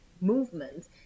movement